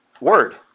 word